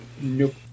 nope